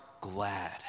glad